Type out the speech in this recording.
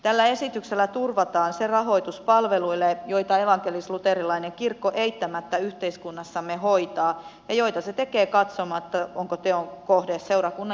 tällä esityksellä turvataan rahoitus palveluille joita evankelisluterilainen kirkko eittämättä yhteiskunnassamme hoitaa ja joita se tekee katsomatta onko teon kohde seurakunnan jäsen vai ei